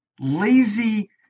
lazy